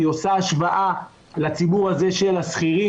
היא עושה השוואה לציבור הזה של השכירים,